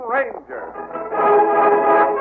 Ranger